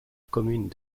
commune